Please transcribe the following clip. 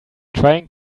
trying